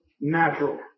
natural